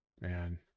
Man